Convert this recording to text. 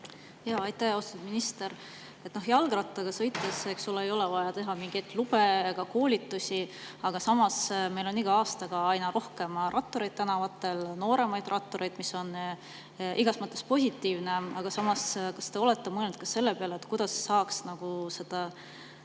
Aitäh! Austatud minister! Jalgrattaga sõites ei ole vaja teha mingeid lube ega koolitusi, samas meil on iga aastaga aina rohkem rattureid tänavatel, ka nooremaid rattureid, mis on igas mõttes positiivne. Aga samas, kas te olete mõelnud ka selle peale, kuidas saaks [arendada]